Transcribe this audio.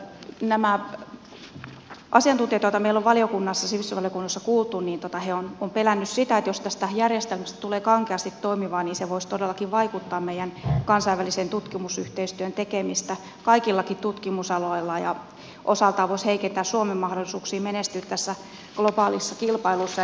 nämä asiantuntijat joita meillä on sivistysvaliokunnassa kuultu ovat pelänneet sitä että jos tästä järjestelmästä tulee kankeasti toimiva se voisi todellakin vaikeuttaa kansainvälisen tutkimusyhteistyön tekemistä kaikillakin tutkimusaloilla ja osaltaan voisi heikentää suomen mahdollisuuksia menestyä tässä globaalissa kilpailussa